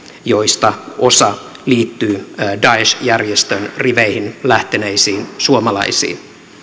joista osa liittyy daesh järjestön riveihin lähteneisiin suomalaisiin